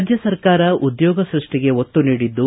ರಾಜ್ಯ ಸರ್ಕಾರ ಉದ್ಯೋಗ ಸೃಷ್ಟಿಗೆ ಒತ್ತು ನೀಡಿದ್ದು